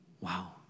wow